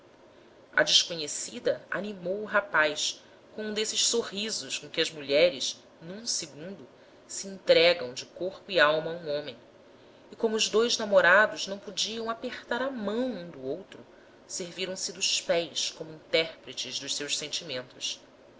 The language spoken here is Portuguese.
a desconhecida animou o rapaz com um desses sorrisos com que as mulheres num segundo se entregam de corpo e alma a um homem e como os dois namorados não podiam apertar a mão um do outro serviram-se dos pés como intérpretes dos seus sentimentos